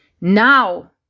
Now